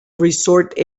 resort